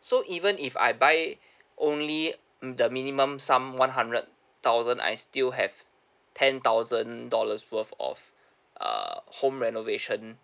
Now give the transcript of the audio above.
so even if I buy only mm the minimum sum one hundred thousand I still have ten thousand dollars worth of err home renovation